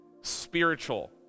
spiritual